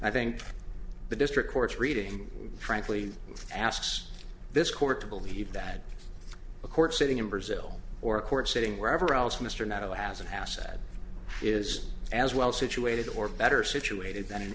i think the district court's reading frankly asks this court to believe that a court sitting in brazil or a court sitting wherever else mr nettle has an asset is as well situated or better situated than in